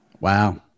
Wow